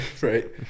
Right